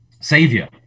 Savior